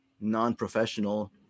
non-professional